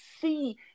see